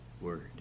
word